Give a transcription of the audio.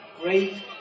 great